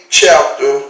chapter